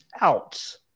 out